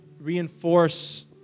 reinforce